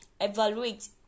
evaluate